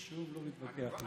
רשום, לא נתווכח.